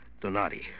Donati